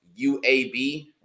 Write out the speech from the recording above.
UAB